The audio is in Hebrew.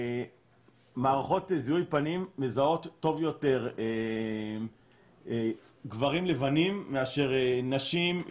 מערכות זיהוי פנים מזהות טוב יותר גברים לבנים מאשר נשים,